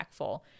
impactful